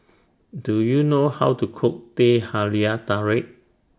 Do YOU know How to Cook Teh Halia Tarik